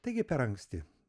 taigi per anksti